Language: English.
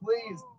Please